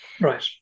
Right